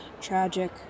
Tragic